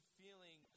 feeling